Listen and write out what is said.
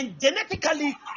genetically